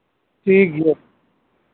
ᱴᱷᱤᱠ ᱜᱮᱭᱟ